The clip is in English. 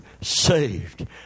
saved